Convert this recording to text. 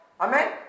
Amen